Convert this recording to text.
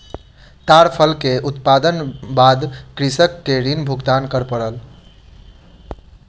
ताड़ फल के उत्पादनक बाद कृषक के ऋण भुगतान कर पड़ल